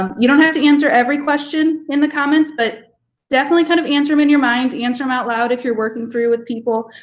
um you don't have to answer every question in the comments, but definitely kind of answer them in your mind. answer them out loud if you're working through with people.